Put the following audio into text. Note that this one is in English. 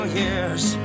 years